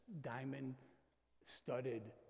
diamond-studded